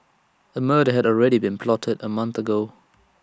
A murder had already been plotted A month ago